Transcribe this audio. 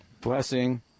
Blessing